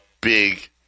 big